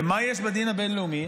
ומה יש בדין הבין-לאומי?